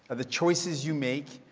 the choices you make.